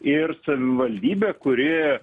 ir savivaldybė kuri